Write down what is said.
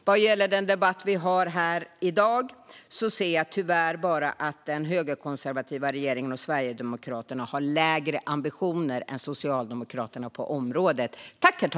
Vad gäller den debatt vi har i dag ser jag tyvärr bara att den högerkonservativa regeringen och Sverigedemokraterna har lägre ambitioner än Socialdemokraterna på området.